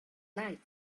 lights